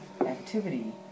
activity